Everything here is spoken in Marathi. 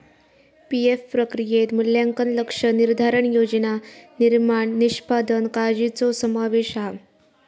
पी.एफ प्रक्रियेत मूल्यांकन, लक्ष्य निर्धारण, योजना निर्माण, निष्पादन काळ्जीचो समावेश हा